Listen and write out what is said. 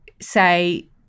say